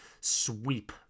sweep